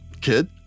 kid